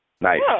Nice